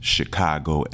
Chicago